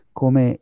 come